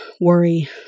worry